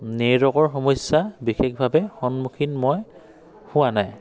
নেটৱৰ্কৰ সমস্যা বিশেষভাৱে সন্মুখীন মই হোৱা নাই